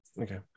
Okay